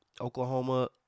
Oklahoma